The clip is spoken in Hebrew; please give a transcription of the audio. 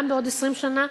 גם בעוד 20 שנה,